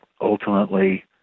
ultimately